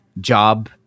job